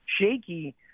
shaky